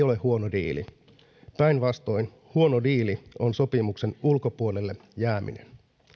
ole huono diili päinvastoin huono diili on sopimuksen ulkopuolelle jääminen